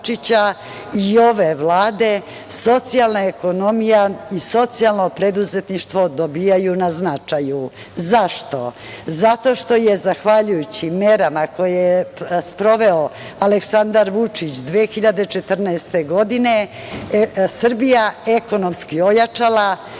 i ove Vlade socijalna ekonomija i socijalno preduzetništvo dobijaju na značaju. Zašto? Zato što je zahvaljujući merama koje je sproveo Aleksandar Vučić 2014. godine Srbija ekonomski ojačala,